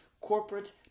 corporate